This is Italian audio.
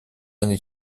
anni